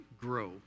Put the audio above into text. grow